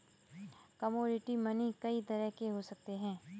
commodity money कई तरह के हो सकते हैं